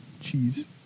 cheese